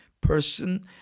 person